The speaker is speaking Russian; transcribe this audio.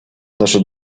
наша